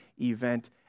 event